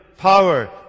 power